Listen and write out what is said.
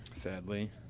Sadly